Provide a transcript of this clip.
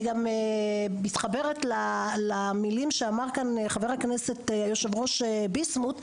אני גם מתחברת למילים שאמר כאן חבר הכנסת יושב הראש ביסמוט,